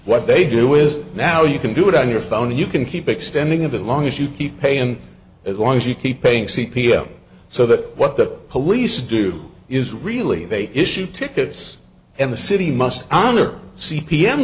what they do is now you can do it on your phone you can keep extending it as long as you keep paying as long as you keep paying c p m so that what the police do is really they issue tickets and the city must honor c p m